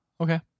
Okay